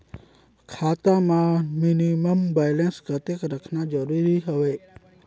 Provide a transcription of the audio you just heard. खाता मां minimum balance कतेक रखना जरूरी हवय?